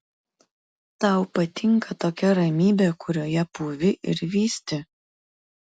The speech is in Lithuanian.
tau patinka tokia ramybė kurioje pūvi ir vysti